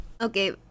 okay